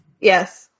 Yes